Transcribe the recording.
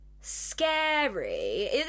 scary